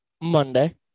Monday